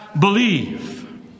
believe